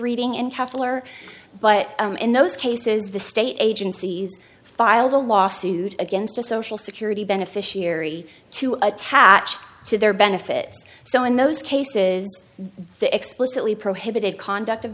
learn but in those cases the state agencies filed a lawsuit against a social security beneficiary to attach to their benefit so in those cases they explicitly prohibited conduct of